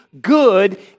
good